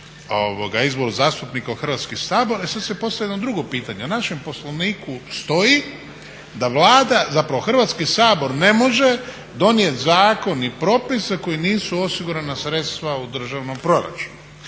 izboru zastupnika u Hrvatski sabor, e sad se postavlja jedno drugo pitanje, u našem Poslovniku stoji da Vlada, zapravo Hrvatski sabor ne može donijeti zakon ni propise koji nisu osigurana sredstva u državnom proračunu.